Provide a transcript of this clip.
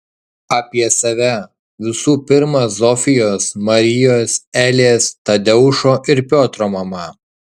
apie save visų pirma zofijos marijos elės tadeušo ir piotro mama